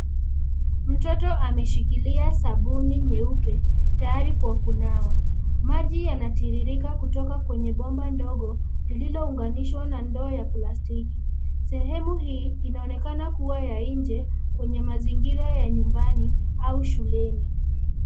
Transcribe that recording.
Mtoto ameshikilia sabuni nyeupe, tayari kwa kunawa. Maji yanatiririka kutoka kwenye bomba ndogo, lililounganishwa na ndoo ya plastiki. Sehemu hii inaonekana kuwa ya nje kwenye mazingira ya nyumbani au shuleni.